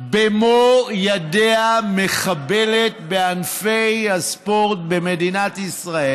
במו ידיה מחבלת בענפי הספורט במדינת ישראל.